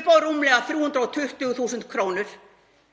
upp á rúmlega 320.000 kr.